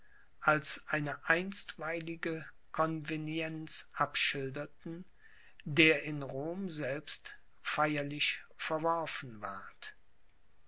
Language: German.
als eine einstweilige convenienz abschilderten der in rom selbst feierlich verworfen ward